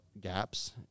gaps